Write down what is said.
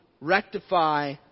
rectify